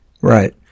right